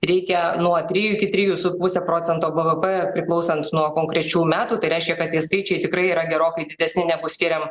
reikia nuo trijų iki trijų su puse procento bvp priklausant nuo konkrečių metų tai reiškia kad skaičiai tikrai yra gerokai didesni negu skiriam